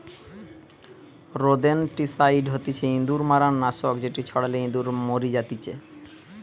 rodenticide হতিছে ইঁদুর মারার নাশক যেটি ছড়ালে ইঁদুর মরি জাতিচে